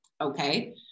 okay